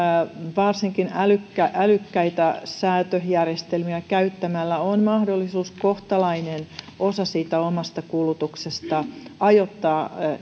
varsinkin älykkäitä älykkäitä säätöjärjestelmiä käyttämällä on mahdollisuus kohtalainen osa siitä omasta kulutuksesta ajoittaa